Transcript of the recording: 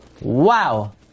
Wow